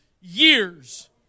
years